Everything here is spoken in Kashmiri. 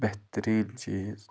بہتریٖن چیٖز